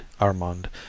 Armand